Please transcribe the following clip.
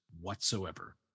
whatsoever